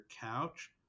couch